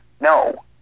No